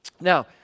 Now